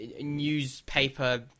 newspaper